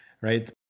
Right